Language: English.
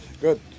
Good